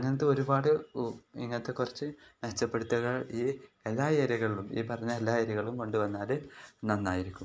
അങ്ങനത്തെ ഒരുപാട് ഇങ്ങനത്തെ കുറച്ച് മെച്ചപ്പെടുത്തലുകൾ ഈ എല്ലാ ഏരിയകളിലും ഈ പറഞ്ഞ എല്ലാ ഏരിയകളിലും കൊണ്ടു വന്നാൽ നന്നായിരിക്കും